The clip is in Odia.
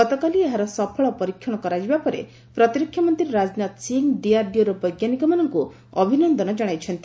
ଗତକାଲି ଏହାର ସଫଳ ପରୀକ୍ଷଣ କରାଯିବା ପରେ ପ୍ରତିରକ୍ଷା ମନ୍ତ୍ରୀ ରାଜନାଥ ସିଂହ ଡିଆର୍ଡିଓର ବୈଜ୍ଞାନିକମାନଙ୍କୁ ଅଭିନନ୍ଦନ ଜଣାଇଛନ୍ତି